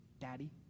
Daddy